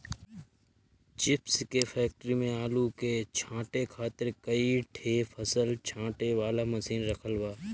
chips के factory में आलू के छांटे खातिर कई ठे फसल छांटे वाला मशीन रखल बा